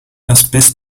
asbest